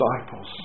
Disciples